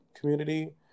community